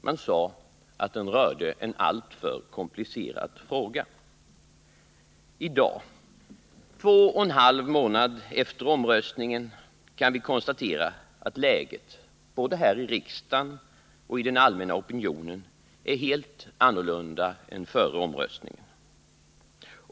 Man sade att den rörde en alltför komplicerad fråga. I dag — två och en halv månad efter omröstningen — kan vi konstatera att läget både här i riksdagen och inom den allmänna opinionen är helt annorlunda än före omröstningen.